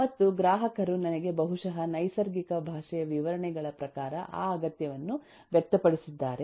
ಮತ್ತು ಗ್ರಾಹಕರು ನನಗೆ ಬಹುಶಃ ನೈಸರ್ಗಿಕ ಭಾಷೆಯ ವಿವರಣೆಗಳ ಪ್ರಕಾರ ಆ ಅಗತ್ಯವನ್ನು ವ್ಯಕ್ತಪಡಿಸಿದ್ದಾರೆ